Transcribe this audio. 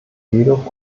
jedoch